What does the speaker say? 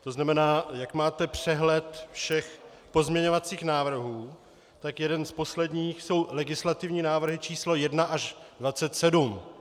To znamená, jak máte přehled všech pozměňovacích návrhů, tak jeden z posledních jsou legislativní návrhy číslo 1 až 27.